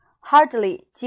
Hardly